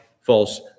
false